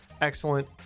excellent